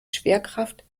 schwerkraft